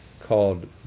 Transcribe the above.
called